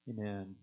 Amen